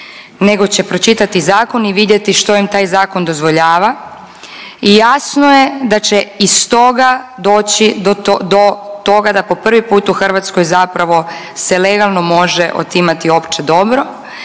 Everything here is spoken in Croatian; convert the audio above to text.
nego će pročitati zakon i vidjeti što im taj zakon dozvoljava i jasno je da će iz toga doći do to…, do toga da po prvi put u Hrvatskoj zapravo se legalno može otimati opće dobro